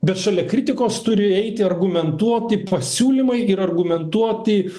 bet šalia kritikos turi eiti argumentuoti pasiūlymai ir argumentuoti